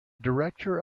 director